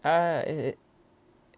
ah it is